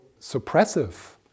suppressive